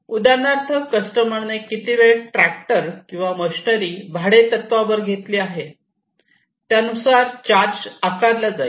उदाहरणार्थ कस्टमरने किती वेळ ट्रॅक्टर किंवा मशिनरी भाडेतत्त्वावर घेतली आहे त्यानुसार चार्ज आकारला जाईल